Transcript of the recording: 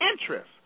interest